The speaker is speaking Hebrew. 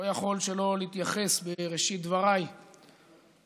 אני לא יכול שלא להתייחס בראשית דבריי להצעת